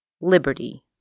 Liberty